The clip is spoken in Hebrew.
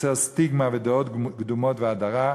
יוצר סטיגמה ודעות קדומות והדרה.